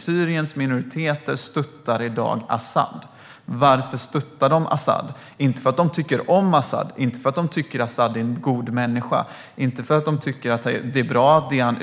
Syriens minoriteter stöttar i dag Asad. Varför stöttar de Asad? Inte för att de tycker om Asad, inte för att de tycker att han är en god människa och inte för att de tycker att det han